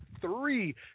three